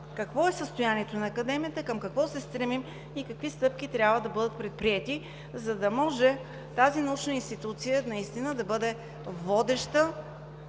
какво е състоянието на Академията, към какво се стремим и какви стъпки трябва да бъдат предприети, за да може тази научна институция наистина да бъде водеща,